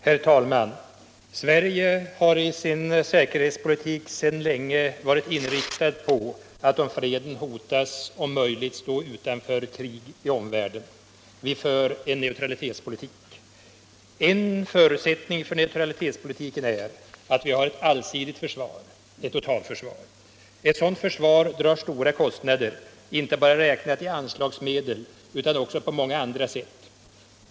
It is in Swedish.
Herr talman! Sverige har i sin säkerhetspolitik sedan länge varit inriktat på att, om fred hotas, om möjligt stå utanför krig i omvärlden. Vi för en neutralitetspolitik. En förutsättning för neutralitetspolitiken är att vi har ett allsidigt försvar — ett totalförsvar. Ett sådant försvar drar stora kostnader, inte bara räknat i anslagsmedel utan också på många andra sätt.